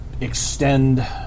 extend